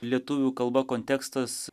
lietuvių kalba kontekstas